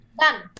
Done